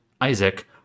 isaac